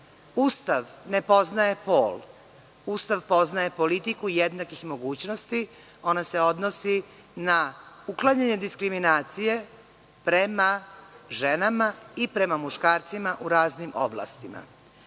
Ustav ne poznaje pol. Ustav poznaje politiku jednakih mogućnosti, a ona se odnosi na uklanjanje diskriminacije prema ženama i prema muškarcima u raznim oblastima. Kada